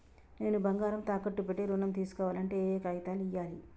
నేను బంగారం తాకట్టు పెట్టి ఋణం తీస్కోవాలంటే ఏయే కాగితాలు ఇయ్యాలి?